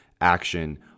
action